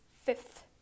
fifth